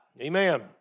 Amen